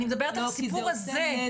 אני מדברת על הסיפור הזה.